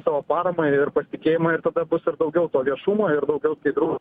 savo paramą ir pasitikėjimą ir tada bus ir daugiau viešumo ir daugiau skaidrumo